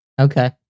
Okay